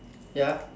ya